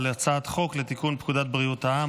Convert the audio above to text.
על הצעת חוק לתיקון פקודת בריאות העם